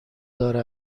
دار